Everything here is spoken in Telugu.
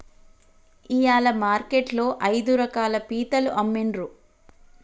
ఇయాల మార్కెట్ లో ఐదు రకాల పీతలు అమ్మిన్రు